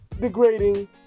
degrading